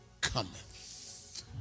cometh